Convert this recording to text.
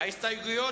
ההסתייגות